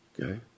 Okay